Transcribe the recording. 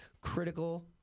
critical